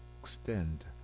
extend